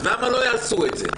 אז למה לא יעשו את זה ביחד?